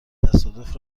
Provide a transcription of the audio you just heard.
تصادف